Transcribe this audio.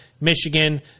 Michigan